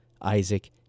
Isaac